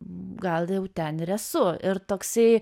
gal jau ten ir esu ir toksai